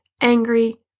angry